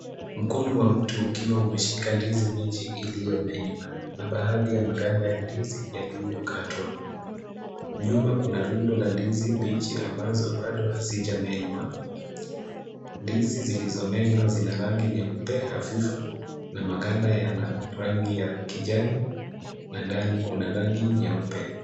Mkono wa mtu ukiwa umeshika ndizi mbichi iliyomenywa na baadhi ya maganda ya ndizi yaliyokatwa. Nyuma kuna rundo la ndizi mbichi ambazo bado hazijamenywa. Ndizi zilizomenywa zina rangi nyeupe hafifu na maganda yana rangi ya kijani na ndani kuna rangi nyeupe.